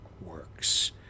works